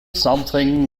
something